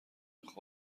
خاک